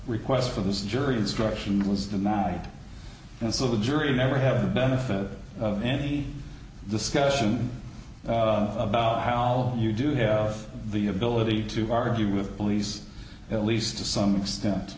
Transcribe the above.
request for this jury instruction was denied and so the jury never have the benefit of any discussion about how well you do have the ability to argue with police at least to some extent